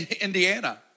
Indiana